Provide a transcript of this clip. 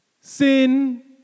sin